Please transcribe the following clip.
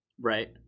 right